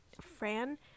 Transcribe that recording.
Fran